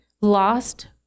Lost